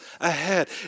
ahead